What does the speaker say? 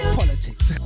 politics